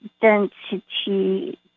density